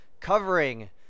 covering